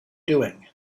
doing